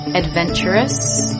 adventurous